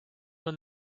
your